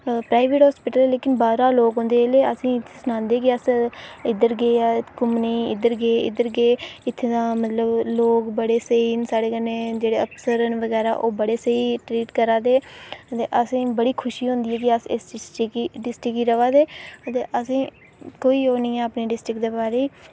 private hospital ऐ पर बाहरा लोक औंदे ते असेंगी सनांदे कि अस इद्धर गे आ घुम्मनै गी इद्धर गे इद्धर गे इत्थां दा मतलब लोक बड़े स्हेई न साढ़े कन्नै जेह्ड़े अफसर बगैरा न ओह् बड़े स्हेई ट्रीट करा दे न ते असेंगी बड़ी खुशी होंदी ऐ की अस इस डिस्ट्रिक्ट गी रवा दे ते असेंगी कोई ओह् निं ऐ अपनी डिस्ट्रिक्ट दे बारै ई